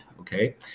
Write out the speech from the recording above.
okay